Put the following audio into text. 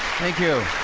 thank you